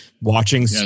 Watching